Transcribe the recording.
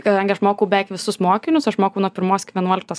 kadangi aš mokau beveik visus mokinius aš mokau nuo pirmos iki vienuoliktos